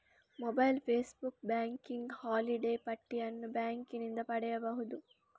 mobile passbook, ಬ್ಯಾಂಕಿನ holiday ಪಟ್ಟಿಯನ್ನು ಬ್ಯಾಂಕಿನಿಂದ ಪಡೆಯಬಹುದು